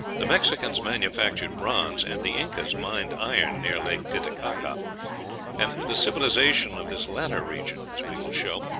the mexicans manufactured bronze, and the incas mined iron near lake titicaca and the civilization of this latter region, as we will show,